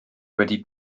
wedi